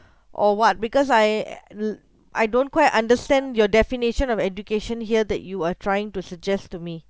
or what because I uh le~ I don't quite understand your definition of education here that you are trying to suggest to me